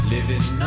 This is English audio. Living